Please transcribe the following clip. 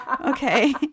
Okay